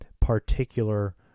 particular